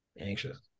anxious